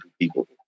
people